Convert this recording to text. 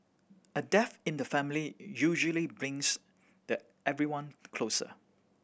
a death in the family usually brings the everyone closer